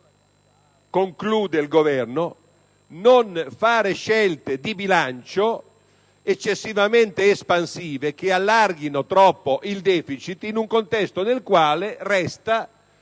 conclude sempre il Governo - di non fare scelte di bilancio eccessivamente espansive che allarghino troppo il deficit, in un contesto nel quale resta